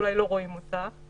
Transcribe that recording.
שאולי לא רואים אותה.